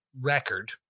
record